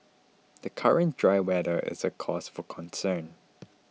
the current dry weather is a cause for concern